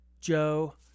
Joe